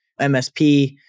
MSP